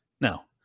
Now